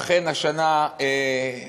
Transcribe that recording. ואכן, השנה עלו